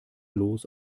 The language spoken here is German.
los